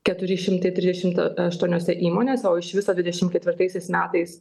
keturi šimtai trisdešimt aštuoniose įmonėse o iš viso dvidešimt ketvirtaisiais metais